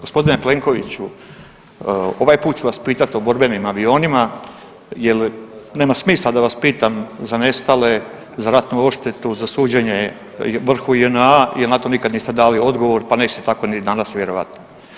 Gospodine Plenkoviću, ovaj put ću vas pitati o borbenim avionima jer nema smisla da vas pitam za nestale, za ratnu odštetu, za suđenje vrhu JNA jer na to nikad niste dali odgovor pa nećete tako ni danas vjerojatno.